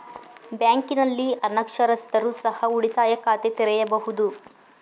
ಬ್ಯಾಂಕಿನಲ್ಲಿ ಅನಕ್ಷರಸ್ಥರು ಸಹ ಉಳಿತಾಯ ಖಾತೆ ತೆರೆಯಬಹುದು?